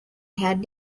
had